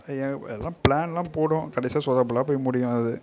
எல்லாம் பிளானெலாம் போடுவோம் கடைசியில் சொதப்பலாக போய் முடியும் அது